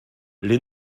les